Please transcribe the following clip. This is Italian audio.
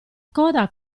coda